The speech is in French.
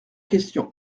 question